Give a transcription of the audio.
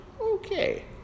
okay